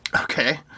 Okay